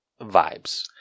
vibes